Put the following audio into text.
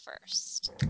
first